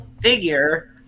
figure